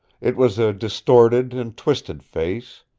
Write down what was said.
it was a distorted and twisted face,